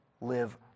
live